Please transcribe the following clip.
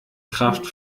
kraft